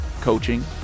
coaching